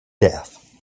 death